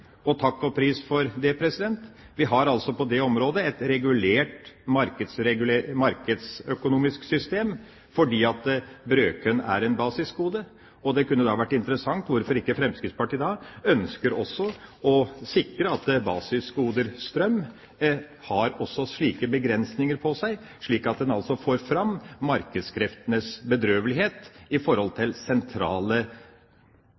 og takk og pris for det. Vi har på det området et regulert markedsøkonomisk system fordi brødkorn er et basisgode. Det kunne være interessant å høre hvorfor ikke Fremskrittspartiet ønsker å sikre at basisgodet strøm også har slike begrensninger, slik at en får fram markedskreftenes bedrøvelighet i forhold